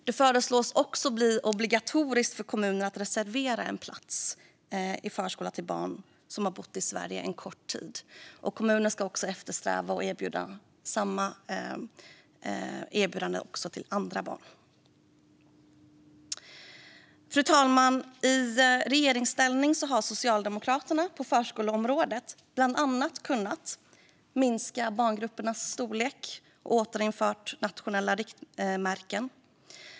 Det föreslås också bli obligatoriskt för kommuner att reservera en plats i förskola till barn som har bott i Sverige en kort tid. Kommunen ska också eftersträva att erbjuda samma sak också till andra barn. Fru talman! I regeringsställning har Socialdemokraterna på förskoleområdet bland annat kunnat minska barngruppernas storlek och har återinfört nationella riktmärken.